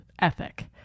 ethic